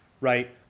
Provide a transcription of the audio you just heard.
right